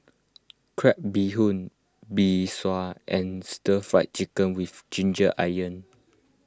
Crab Bee Hoon Mee Sua and Stir Fried Chicken with Ginger Onions